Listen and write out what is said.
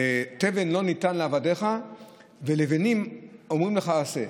"תבן אין נתן לעבדיך ולבנים אמרים לנו עשו".